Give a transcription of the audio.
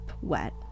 wet